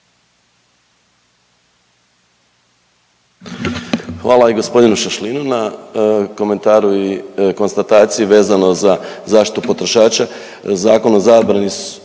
Hvala i gospodinu Šašlinu na komentaru i konstataciji vezano za zaštitu potrošača.